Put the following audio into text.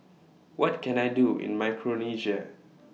What Can I Do in Micronesia